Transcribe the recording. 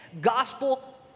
gospel